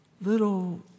little